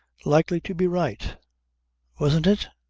likely to be right wasn't it?